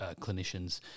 clinicians